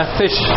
fish